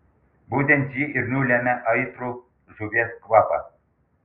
būtent ji ir nulemia aitrų žuvies kvapą